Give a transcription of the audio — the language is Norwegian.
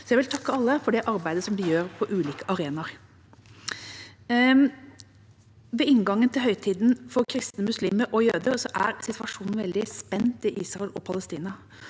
Jeg vil takke alle for det arbeidet de gjør på ulike arenaer. Ved inngangen til høytiden for kristne, muslimer og jøder er situasjonen veldig spent i Israel og Palestina.